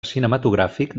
cinematogràfic